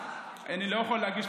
כל מי שחושב,